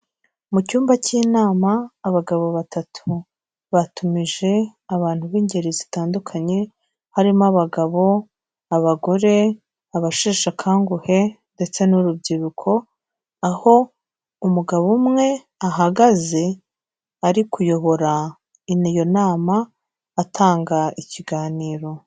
Mu cyumba cy'inama abagabo batatu batumije abantu b'ingeri zitandukanye, harimo abagabo, abagore, abasheshe akanguhe ndetse n'urubyiruko, aho umugabo umwe ahagaze ari kuyobora iyo nama atanga ikiganiro.